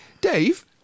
Dave